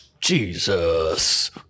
Jesus